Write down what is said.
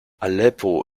aleppo